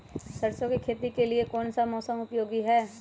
सरसो की खेती के लिए कौन सा मौसम उपयोगी है?